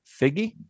Figgy